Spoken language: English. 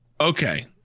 okay